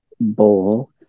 bowl